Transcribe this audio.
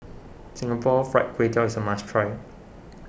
Singapore Fried Kway Tiao is a must try